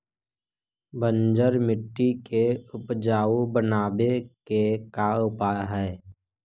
बंजर मट्टी के उपजाऊ बनाबे के का उपाय है?